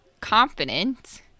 confident